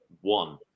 one